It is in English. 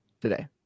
Today